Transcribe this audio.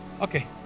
Okay